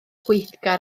gweithgar